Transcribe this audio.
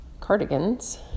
Cardigans